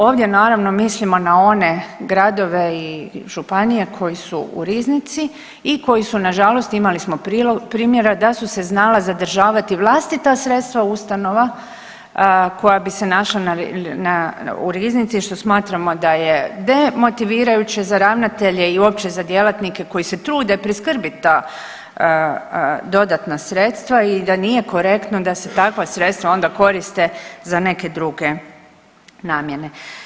Ovdje naravno mislimo na one gradove i županije koji su u riznici koji su nažalost imali smo primjera da su se znala zadržavati vlastita sredstva ustanova koja bi se našla na, u riznici što smatramo da je demotivirajuće za ravnatelje i uopće za djelatnike koji se trude priskrbiti ta dodatna sredstava i da nije korektno da se takva sredstva onda koriste za neke druge namjene.